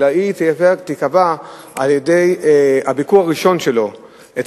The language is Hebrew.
זה ייקבע לפי הביקור הראשון שלו אצל הרופא.